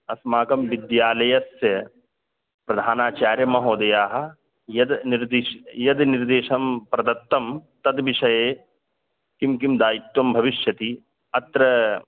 अस्माकं विद्यालयस्य प्रधानाचार्यमहोदयाः यद् निर्देशं यद् निर्देशं प्रदत्तं तद् विषये किं किं दायित्वं भविष्यति अत्र